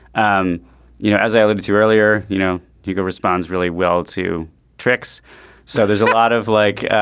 um you know as i alluded to earlier you know hugo responds really well to tricks so there's a lot of like